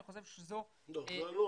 אני חושב שזה --- זה הנוהל,